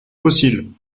fossiles